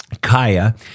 Kaya